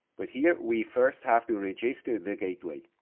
but here, we first have to register the gateway.